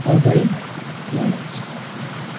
Abhay Manoj